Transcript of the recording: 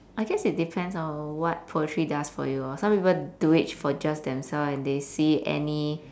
I guess it depends on what poetry does for you ah some people do it for just themselves and they see any